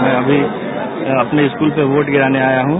मैं अभी अपने स्कूल पर वोट गिराने आया हूं